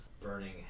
Burning